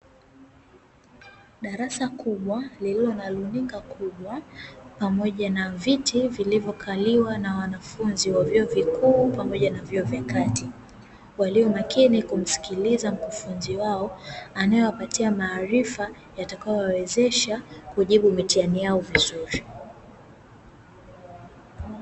Darasa kubwa, lililo na runinga kubwa pamoja na viti vilivyokaliwa na wanafunzi wa vyuo vikuu, pamoja na vyuo vya kati, walio makini kumsikiliza mkufunzi wao anayewapatia maarifa, yatakayowawezesha kujibu mitihani yao vizuri.